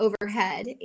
overhead